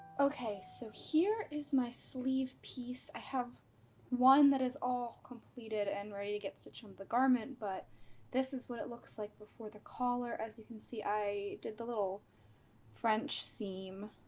okay, so here is my sleeve piece. i have one that is all completed and ready to get stitched on the garment, but this is what it looks like before the cuff. as you can see i did the little french seam